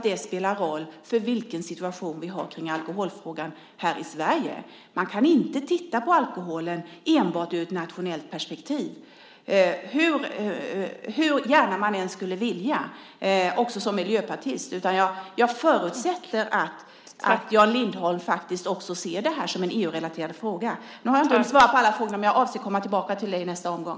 Det spelar roll för vilken situation vi har kring alkoholfrågan här i Sverige. Man kan inte titta på alkoholen enbart ur ett nationellt perspektiv hur gärna man än skulle vilja, inte heller som miljöpartist. Jag förutsätter att Jan Lindholm faktiskt ser det här som en EU-relaterad fråga. Jag har inte hunnit svara på alla frågorna, men jag avser att komma tillbaka till dig i nästa omgång.